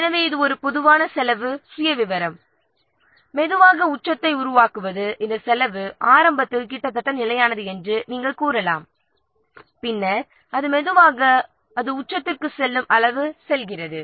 எனவே இது ஒரு பொதுவான செலவு சுயவிவரம் மெதுவாக உச்சத்தை உருவாக்குவது இந்த செலவு ஆரம்பத்தில் கிட்டத்தட்ட நிலையானது என்று நாம் கூறலாம் பின்னர் அது மெதுவாக உச்சத்திற்கு செல்லும் அளவு செல்கிறது